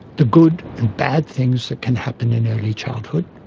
the good and bad things that can happen in early childhood,